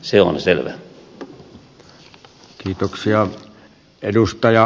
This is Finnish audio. se on selvä